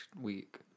week